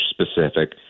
specific